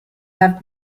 have